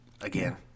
again